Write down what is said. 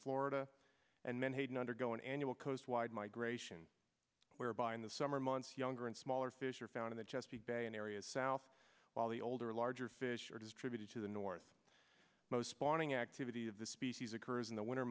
florida and menhaden undergo an annual coast wide migration whereby in the summer months younger and smaller fish are found in the chesapeake bay in areas south while the older larger fish are distributed to the north most spawning activity of the species occurs in the winter